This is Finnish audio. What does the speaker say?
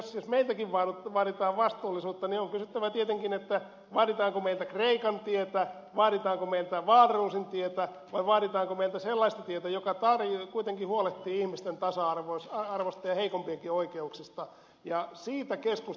jos meiltäkin vaaditaan vastuullisuutta niin on kysyttävä tietenkin vaaditaanko meiltä kreikan tietä vaaditaanko meiltä wahlroosin tietä vai vaaditaanko meiltä sellaista tietä joka kuitenkin huolehtii ihmisten tasa arvosta ja heikoim pienkin oikeuksista